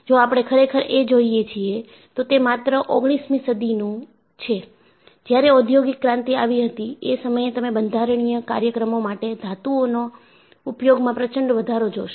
જો આપણે ખરેખર એ જોઈએ છીએ તો તે માત્ર ઓગણીસમી સદીનું છે જ્યારે ઔદ્યોગિક ક્રાંતિ આવી હતી એ સમયે તમે બંધારણીય કાર્યક્રમો માટે ધાતુઓના ઉપયોગમાં પ્રચંડ વધારો જોશો